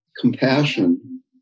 compassion